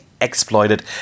exploited